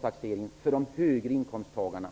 taxering till den kommunala inkomstskatten.